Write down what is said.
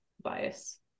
bias